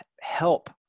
help